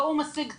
וההוא משיג תרומות.